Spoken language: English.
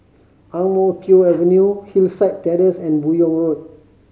Ang Mo Kio Avenue Hillside Terrace and Buyong Road